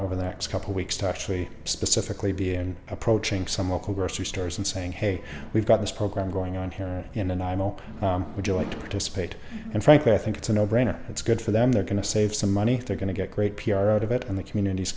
over the next couple weeks to actually specifically be in approaching some of the grocery stores and saying hey we've got this program going on here in and imo would you like to participate and frankly i think it's a no brainer it's good for them they're going to save some money they're going to get great p r out of it and the community is